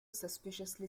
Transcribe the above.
suspiciously